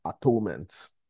atonement